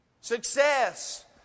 Success